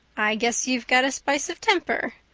i guess you've got a spice of temper,